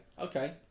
Okay